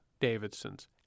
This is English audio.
Davidsons